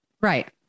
Right